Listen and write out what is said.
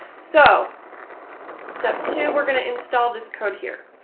so step two, we're going to install this code here.